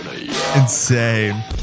Insane